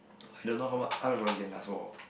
I don't know how much how much one can last for